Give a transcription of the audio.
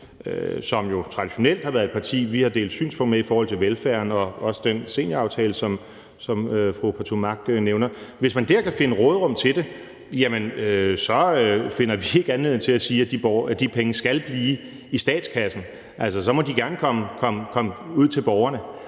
som jo traditionelt har været et parti, vi har delt synspunkt med i forhold til velfærden og også den senioraftale, som fru Trine Pertou Mach nævner – kan sige, at der er plads til skattelettelser, altså hvis man der kan finde råderum til det, finder vi ikke anledning til at sige, at de penge skal blive i statskassen. Altså, så må de gerne komme ud til borgerne.